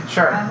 Sure